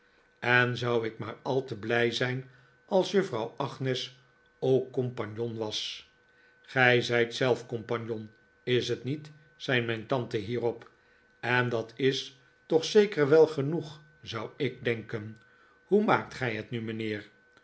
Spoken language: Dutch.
en zou ik maar al te b'lij zijn als juffrouw agnes ook compagnon was ge zijt zelf compagnon is t niet zei mijn tante hierop en dat is toch zeker wel genoeg zou ik denken hoe maakt gij het nu mijnheer